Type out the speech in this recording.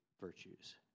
virtues